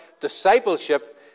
discipleship